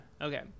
Okay